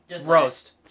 Roast